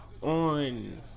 on